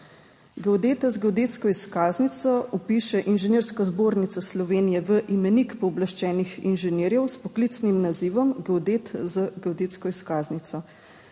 Geodeta z geodetsko izkaznico vpiše Inženirska zbornica Slovenije v imenik pooblaščenih inženirjev s poklicnim nazivom geodet z geodetsko izkaznico.